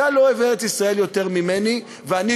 אתה לא אוהב ארץ-ישראל יותר ממני ואני,